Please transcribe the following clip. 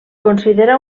considera